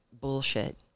bullshit